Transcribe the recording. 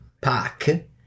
pack